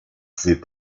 pouvait